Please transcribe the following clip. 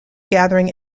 gathering